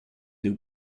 new